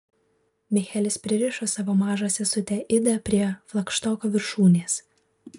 michelis pririšo savo mažą sesutę idą prie flagštoko viršūnės